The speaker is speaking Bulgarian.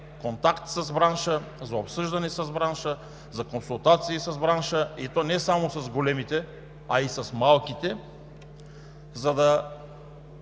контакти и обсъждане с бранша, за консултации с бранша, и то не само с големите, а и с малките, за да